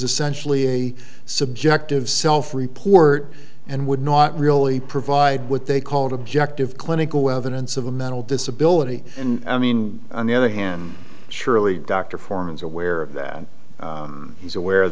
essentially a subjective self report and would not really provide what they called objective clinical evidence of a mental disability and i mean on the other hand surely dr foreman is aware of that he's aware of